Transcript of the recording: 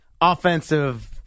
offensive